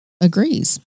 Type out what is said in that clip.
agrees